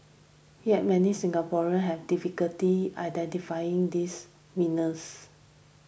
here yet many Singaporeans have difficulty identifying these winners